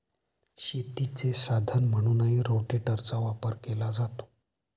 शेतीचे साधन म्हणूनही रोटेटरचा वापर केला जातो